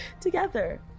together